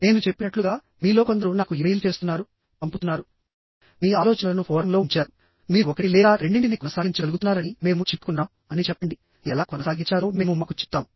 నేను చెప్పినట్లుగామీలో కొందరు నాకు ఇమెయిల్ చేస్తున్నారు పంపుతున్నారుమీ ఆలోచనలను ఫోరమ్లో ఉంచారుమీరు ఒకటి లేదా రెండింటిని కొనసాగించగలుగుతున్నారనిమేము చిక్కుకున్నాం అని చెప్పండిఎలా కొనసాగించాలో మేము మాకు చెప్తాము